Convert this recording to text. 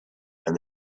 and